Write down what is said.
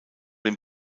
dem